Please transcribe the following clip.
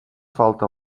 falta